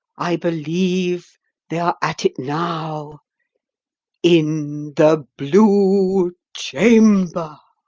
i believe they are at it now in the blue chamber!